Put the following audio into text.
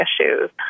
issues